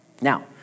Now